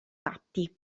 patti